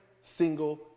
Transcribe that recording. single